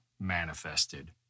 manifested